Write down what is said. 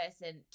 person